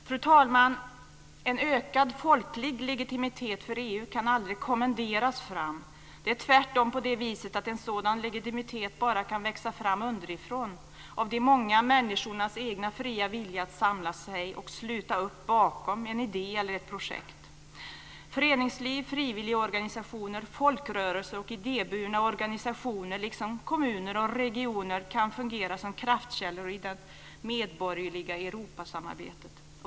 Fru talman! En ökad folklig legitimitet för EU kan aldrig kommenderas fram. Det är tvärtom så att en sådan legitimitet bara kan växa fram underifrån, av de många människornas egna fria vilja att samla sig och sluta upp bakom en idé eller ett projekt. Föreningsliv, frivilligorganisationer, folkrörelser och idéburna organisationer, liksom kommuner och regioner, kan fungera som kraftkällor i det medborgerliga Europasamarbetet.